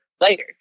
later